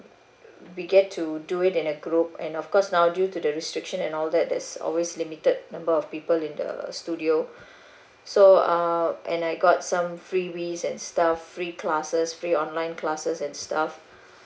we get to do it in a group and of course now due to the restriction and all that there's always limited number of people in the studio so uh and I got some freebies and stuff free classes free online classes and stuff